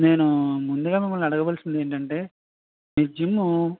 నేనూ ముందుగా మిమ్మల్ని అడగవలసినది ఏంటి అంటే ఈ జిమ్